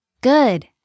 Good